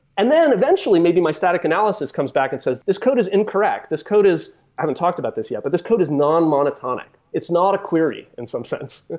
and then eventually maybe my static analysis comes back and says, this code is incorrect. this code is i haven't talked about this yet, but this code is non-monotonic. it's not a query in some sense.